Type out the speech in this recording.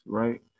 right